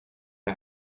det